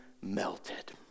melted